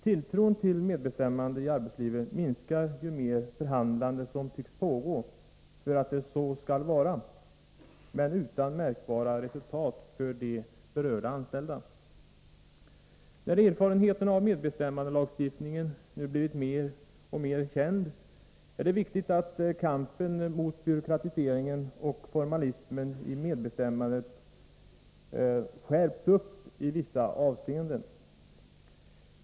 Tilltron till medbestämmande i arbetslivet minskar ju mer förhandlande som tycks pågå ”för att det så skall vara”, utan märkbara resultat för de berörda anställda. När erfarenheterna av medbestämmandelagstiftningen nu blivit mer och mer kända, är det viktigt att kampen mot byråkratiseringen och formalismen i medbestämmandet skärps i vissa avseenden.